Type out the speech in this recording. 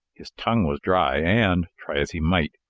his tongue was dry, and, try as he might,